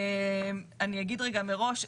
אני אגיד רגע מראש,